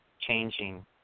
changing